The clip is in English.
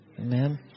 amen